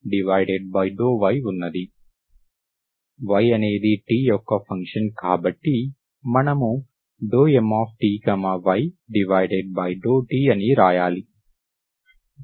y అనేది t యొక్క function కాబట్టి మనము ∂Mty∂t అని రాయాలి